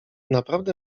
naprawdę